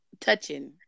Touching